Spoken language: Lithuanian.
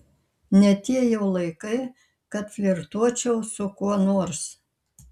ne tie jau laikai kad flirtuočiau su kuo nors